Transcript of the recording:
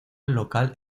local